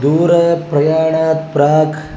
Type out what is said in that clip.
दूरप्रयाणात् प्राक्